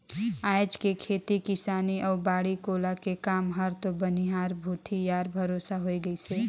आयज के खेती किसानी अउ बाड़ी कोला के काम हर तो बनिहार भूथी यार भरोसा हो गईस है